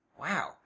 Wow